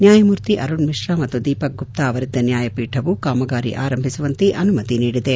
ನ್ಯಾಯಮೂರ್ತಿ ಅರುಣ್ ಮಿಶ್ರಾ ಮತ್ತು ದೀಪಕ್ ಗುಪ್ತಾ ಅವರಿದ್ದ ನ್ಯಾಯಪೀಠವು ಕಾಮಗಾರಿ ಆರಂಭಿಸುವಂತೆ ಅನುಮತಿ ನೀಡಿದೆ